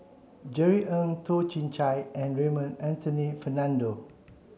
Jerry Ng Toh Chin Chye and Raymond Anthony Fernando